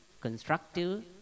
constructive